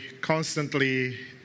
constantly